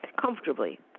comfortably